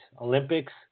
Olympics